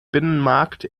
binnenmarkt